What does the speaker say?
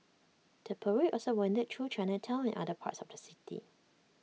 the parade also wended through Chinatown and other parts of the city